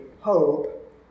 hope